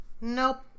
Nope